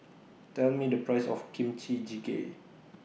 Tell Me The Price of Kimchi Jjigae